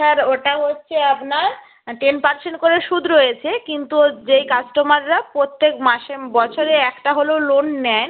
sir ওটা হচ্ছে আপনার টেন পার্সেন্ট করে সুদ রয়েছে কিন্তু যেই কাস্টমাররা প্রত্যেক মাসে বছরে একটা হলেও লোন নেন